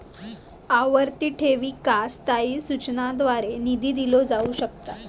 आवर्ती ठेवींका स्थायी सूचनांद्वारे निधी दिलो जाऊ शकता